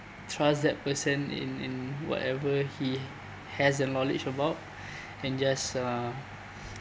trust that person in in whatever he has the knowledge about and just uh